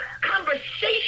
conversation